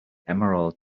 emerald